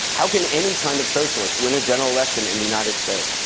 how can any kind of socialist win a general election in the united states?